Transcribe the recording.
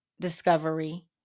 discovery